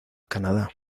canadá